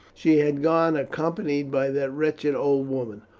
she had gone accompanied by that wretched old woman.